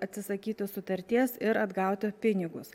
atsisakyti sutarties ir atgauti pinigus